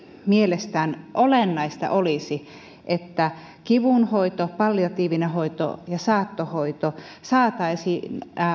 mielestään olennaista olisi että kivunhoito palliatiivinen hoito ja saattohoito saataisiin